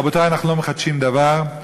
רבותי, אנחנו לא מחדשים דבר.